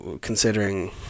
considering